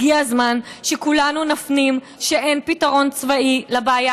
הגיע הזמן שכולנו נפנים שאין פתרון צבאי לבעיה